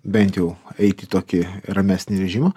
bent jau eit į tokį ramesnį režimą